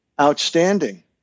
outstanding